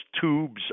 tubes